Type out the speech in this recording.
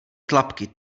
tlapky